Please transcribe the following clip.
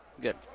good